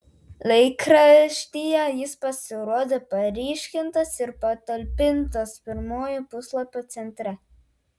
laikraštyje jis pasirodė paryškintas ir patalpintas pirmojo puslapio centre